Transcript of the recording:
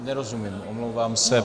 Nerozumím, omlouvám se.